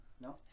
no